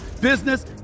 business